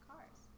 Cars